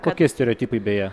kokie stereotipai beje